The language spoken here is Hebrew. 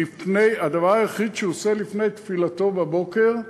הדבר היחיד שהוא עושה לפני תפילתו בבוקר,